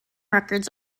records